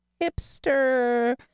hipster